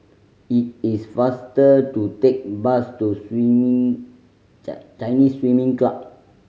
it is faster to take bus to Swimming Chinese Swimming Club